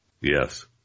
Yes